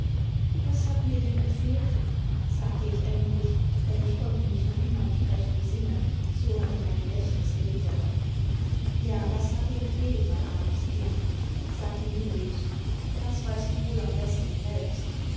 was hat mir denn gefehlt sagte ich endlich denn ich konnte mich noch immer nicht recht besinnen so hatte mein gedächtnis gelitten ja was hat dir gefehlt mein armes kindt sagte julius das weißt du wohl am besten selbst